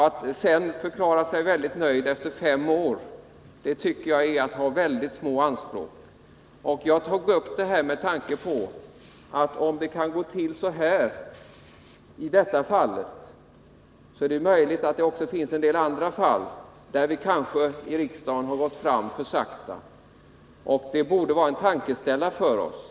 Att sedan efter fem år förklara sig mycket nöjd är att ha väldigt små anspråk. Jag tog upp detta med tanke på att om det kan gå till så som har skett i detta fall är det mycket möjligt att det finns andra fall där vi i riksdagen har gått fram för sakta. Det borde vara en tankeställare för oss.